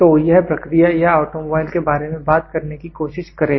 तो यह प्रक्रिया या ऑटोमोबाइल के बारे में बात करने की कोशिश करेगा